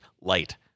Light